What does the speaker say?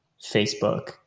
Facebook